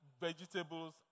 vegetables